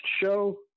show